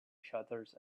shutters